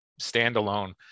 standalone